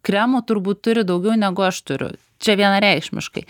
kremų turbūt turi daugiau negu aš turiu čia vienareikšmiškai